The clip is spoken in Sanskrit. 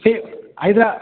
चेत् हैद्रा